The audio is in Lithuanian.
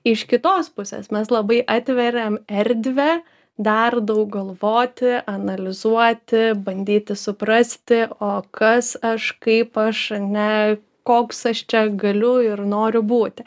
iš kitos pusės mes labai atveriam erdvę dar daug galvoti analizuoti bandyti suprasti o kas aš kaip aš ane koks aš čia galiu ir noriu būti